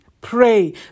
Pray